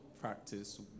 practice